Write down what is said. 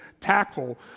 tackle